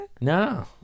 No